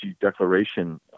declaration